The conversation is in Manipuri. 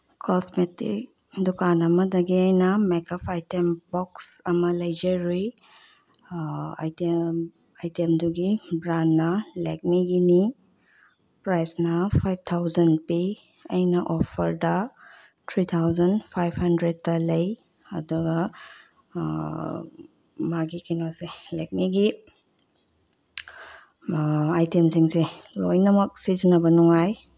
ꯀꯣꯁꯃꯦꯇꯤꯛ ꯗꯨꯀꯥꯟ ꯑꯃꯗꯒꯤ ꯑꯩꯅ ꯃꯦꯛꯑꯞ ꯑꯥꯏꯇꯦꯝ ꯕꯣꯛꯁ ꯑꯃ ꯂꯩꯖꯔꯨꯏ ꯑꯥꯏꯇꯦꯝ ꯑꯥꯏꯇꯦꯝꯗꯨꯒꯤ ꯕ꯭ꯔꯥꯟꯅ ꯂꯦꯛꯃꯤꯒꯤꯅꯤ ꯄ꯭ꯔꯥꯏꯁꯅ ꯐꯥꯏꯚ ꯊꯥꯎꯖꯟ ꯄꯤ ꯑꯩꯅ ꯑꯣꯐꯔꯗ ꯊ꯭ꯔꯤ ꯊꯥꯎꯖꯟ ꯐꯥꯏꯚ ꯍꯟꯗ꯭ꯔꯦꯠꯇ ꯂꯩ ꯑꯗꯨꯒ ꯃꯥꯒꯤ ꯀꯩꯅꯣꯁꯦ ꯂꯦꯛꯃꯤꯒꯤ ꯑꯥꯏꯇꯦꯝꯁꯤꯡꯁꯦ ꯂꯣꯏꯅꯃꯛ ꯁꯤꯖꯤꯟꯅꯕ ꯅꯨꯡꯉꯥꯏ